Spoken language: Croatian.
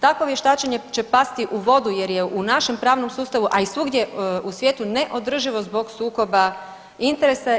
Takvo vještačenje će pasti u vodu jer je u našem pravnom sustavu, a i svugdje u svijetu neodrživo zbog sukoba interesa.